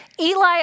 Eli